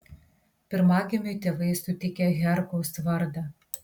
pirmagimiui tėvai suteikė herkaus vardą